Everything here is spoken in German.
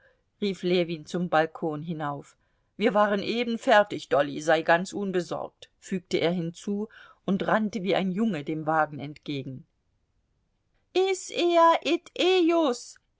rief ljewin zum balkon hinauf wir waren eben fertig dolly sei ganz unbesorgt fügte er hinzu und rannte wie ein junge dem wagen entgegen is ea